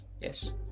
yes